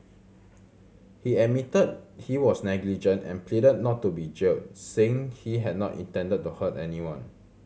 he admitted he was negligent and pleaded not to be jailed saying he had not intended to hurt anyone